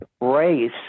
race